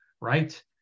right